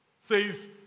says